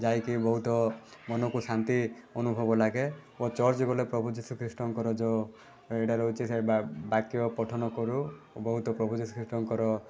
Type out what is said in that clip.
ଯାଇକି ବହୁତ ମନକୁ ଶାନ୍ତି ଅନୁଭବ ଲାଗେ ଓ ଚର୍ଚ୍ଚ ଗଲେ ପ୍ରଭୁ ଯୀଶୁଖ୍ରୀଷ୍ଟଙ୍କର ଯେଉଁ ଏଇଟା ରହୁଛି ବାକ୍ୟ ପଠନ କରୁ ବହୁତ ପ୍ରଭୁ ଯୀଶୁଖ୍ରୀଷ୍ଟଙ୍କର